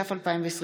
התש"ף 2020,